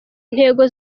intego